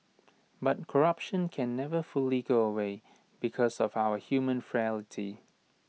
but corruption can never fully go away because of our human frailty